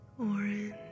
orange